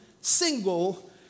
single